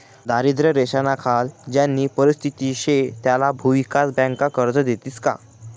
दारिद्र्य रेषानाखाल ज्यानी परिस्थिती शे त्याले भुविकास बँका कर्ज देतीस का?